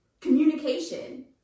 Communication